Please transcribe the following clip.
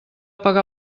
pagar